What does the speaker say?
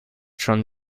schon